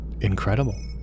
incredible